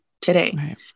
today